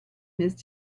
missed